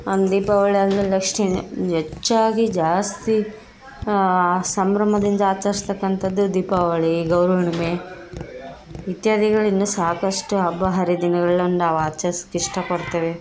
ದೀಪಾವಳಿ ಆದ ಮೇಲೆ ನೆಕ್ಸ್ಟ್ ಇನ್ನೂ ಹೆಚ್ಚಾಗಿ ಜಾಸ್ತಿ ಸಂಭ್ರಮದಿಂದ ಆಚರ್ಸಕ್ಕಂಥದ್ದು ದೀಪಾವಳಿ ಗೌರಿ ಹುಣ್ಣಿಮೆ ಇತ್ಯಾದಿಗಳು ಇನ್ನೂ ಸಾಕಷ್ಟು ಹಬ್ಬ ಹರಿದಿನಗಳನ್ನ ನಾವು ಆಚರ್ಸ್ಕೆ ಇಷ್ಟಪಡ್ತೇವೆ